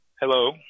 hello